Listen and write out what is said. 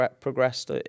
progressed